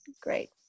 Great